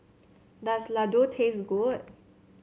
does Ladoo taste good